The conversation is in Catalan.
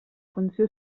funció